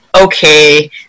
okay